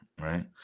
right